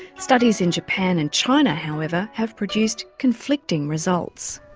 studies in japan and china however have produced conflicting results.